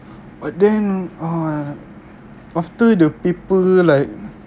but then ah after the paper like